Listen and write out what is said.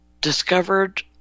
discovered